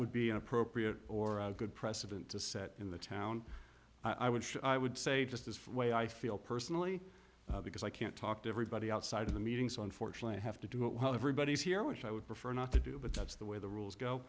would be appropriate or a good precedent to set in the town i would i would say just as for the way i feel personally because i can't talk to everybody outside of the meeting so unfortunately i have to do it while everybody is here which i would prefer not to do but that's the way the rules go